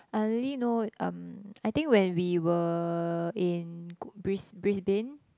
I only know um I think when we were in go~ Brisbane